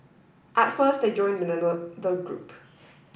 at first I joined the group